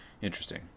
interesting